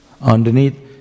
Underneath